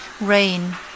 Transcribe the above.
Rain